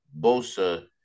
Bosa